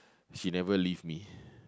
she never leave me